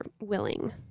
willing